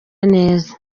neza